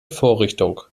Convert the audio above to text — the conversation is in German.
vorrichtung